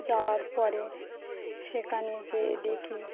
যাওয়ার পরে সেখানে যেয়ে দেখি